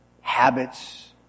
habits